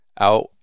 out